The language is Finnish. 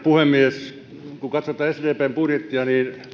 puhemies kun katsoo tätä sdpn budjettia